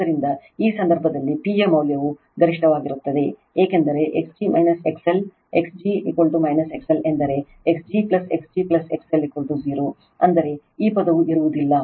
ಆದ್ದರಿಂದ ಆ ಸಂದರ್ಭದಲ್ಲಿ P ಯ ಮೌಲ್ಯವು ಗರಿಷ್ಠವಾಗಿರುತ್ತದೆ ಏಕೆಂದರೆ x g XL x g XL ಎಂದರೆ x g x g XL0 ಅಂದರೆ ಈ ಪದವು ಇರುವುದಿಲ್ಲ